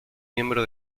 miembro